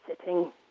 sitting